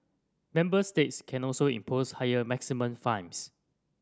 member states can also impose higher maximum fines